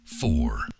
Four